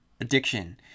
addiction